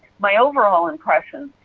my overall impression,